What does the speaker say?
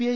I